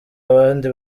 abandi